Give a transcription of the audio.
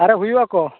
ᱟᱨᱮ ᱦᱩᱭᱩᱜᱼᱟ ᱠᱚ